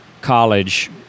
college